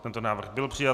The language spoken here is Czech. Tento návrh byl přijat.